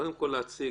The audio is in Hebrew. קודם כול להציג.